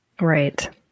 Right